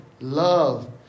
love